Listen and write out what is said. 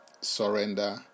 surrender